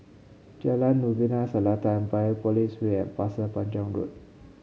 Jalan Novena Selatan Biopolis Way and Pasir Panjang Road